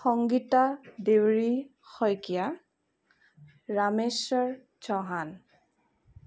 Sangeeta Deori Saikia Rameshwar Chouhan